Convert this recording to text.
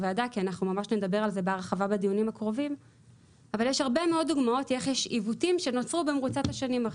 יש הרבה מאוד דוגמאות לעיוותים שנוצרו במרוצת השנים.